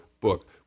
book